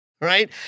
right